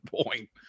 point